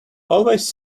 always